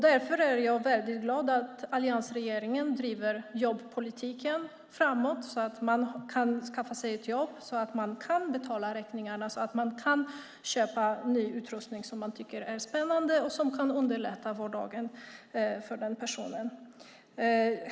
Därför är jag väldigt glad att alliansregeringen driver jobbpolitiken framåt, vilket gör att fler kan skaffa sig ett jobb, så att de kan betala räkningarna och köpa ny utrustning som de tycker är spännande och underlättar vardagen.